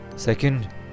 Second